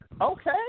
Okay